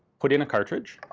put in a cartridge,